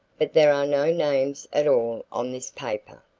but there are no names at all on this paper.